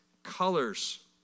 Colors